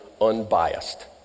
unbiased